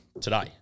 today